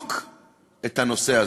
בדיוק את הנושא הזה.